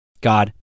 God